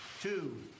two